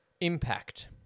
Impact